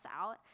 out